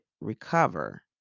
recover